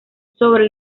sobre